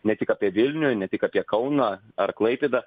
ne tik apie vilnių ne tik apie kauną ar klaipėdą